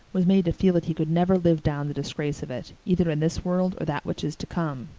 was made to feel that he could never live down the disgrace of it, either in this world or that which is to come.